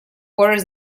borders